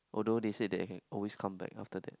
although they said that I can always come back after that